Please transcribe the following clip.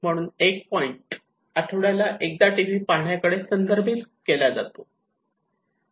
म्हणून 1 पॉईंट आठवड्यातून एकदा टीव्ही पाहण्याकडे संदर्भित केला जातो